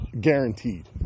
guaranteed